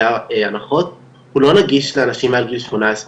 הנחות הוא לא נגיש לאנשים מעל גיל 18,